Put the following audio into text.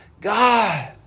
God